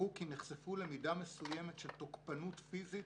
דיווחו כי נחשפו למידה מסוימת של תוקפנות פיזית